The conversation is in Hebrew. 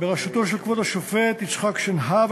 בראשותו של כבוד השופט יצחק שנהב,